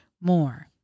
more